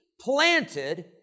planted